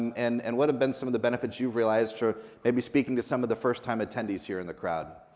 and and what have been some of the benefits you've realized for maybe speaking to some of the first time attendees here in the crowd.